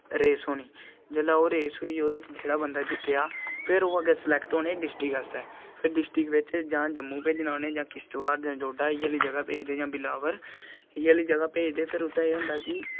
race होनी जेल्लै ओह् रेस होनी ओह्दे च जेह्ड़ा बंदा जित्तेआ फिर ओह् अग्गे सिलेक्ट होने डिस्ट्रिक्ट आस्तै जां फिर डिस्ट्रिक्ट बिच जां जम्मू भेजना जां किश्तवाड़ जा डोडा इ'यै जेही जगह् भेजदे जां बिलावर इ'यै जेही जगह् भेजदे फिर उत्थें एह् होंदा कि